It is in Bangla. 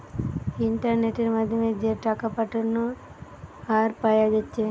ইন্টারনেটের মাধ্যমে যে টাকা পাঠানা আর পায়া যাচ্ছে